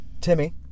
Timmy